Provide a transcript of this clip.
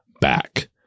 back